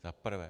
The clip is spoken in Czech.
Za prvé.